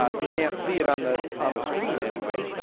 ah you can't see it on the on the screen anyway.